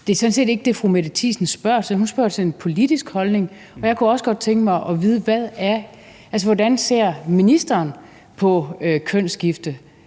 det er sådan set ikke det, fru Mette Thiesen spørger til. Hun spørger til en politisk holdning, og jeg kunne også godt tænke mig at vide, hvordan ministeren ser på kønsskifte,